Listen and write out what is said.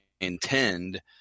intend